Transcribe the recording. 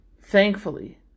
Thankfully